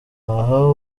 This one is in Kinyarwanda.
ahaa